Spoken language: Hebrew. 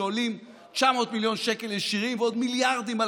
שעולים 900 מיליון שקל ישירים ועוד מיליארדים על